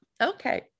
okay